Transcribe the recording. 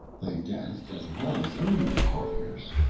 they danced as well as any of the courtiers.